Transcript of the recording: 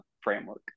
framework